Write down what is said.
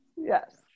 yes